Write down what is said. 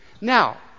Now